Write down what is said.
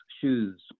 shoes